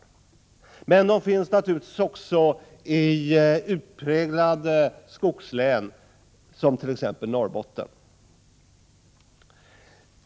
Men sådana problem finns naturligtvis också i utpräglade skogslän som Norrbottens län.